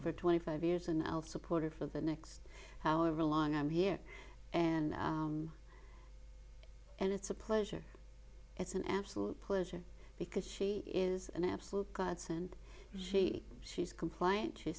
for twenty five years and i'll support for the next however long i'm here and and it's a pleasure it's an absolute pleasure because she is an absolute godsend she she's compliant she